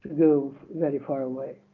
go very far away.